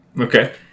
Okay